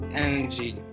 energy